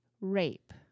rape